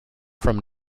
from